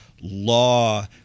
law